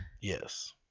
Yes